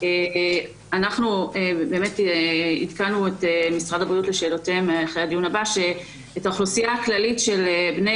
עדכנו את משרד הפנים אחרי הדיון שעבר שאת האוכלוסייה הכללית של בני